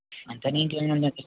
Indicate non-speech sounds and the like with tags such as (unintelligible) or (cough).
(unintelligible)